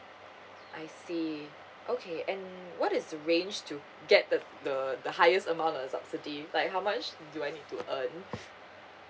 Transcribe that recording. I see okay and what is the range to get the the the highest amount of subsidy like how much do I need to earn